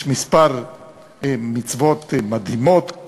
יש כמה מצוות מדהימות,